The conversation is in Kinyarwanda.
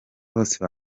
bose